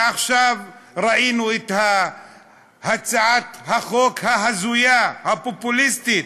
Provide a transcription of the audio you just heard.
ועכשיו ראינו את הצעת החוק ההזויה, הפופוליסטית,